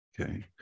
okay